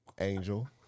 Angel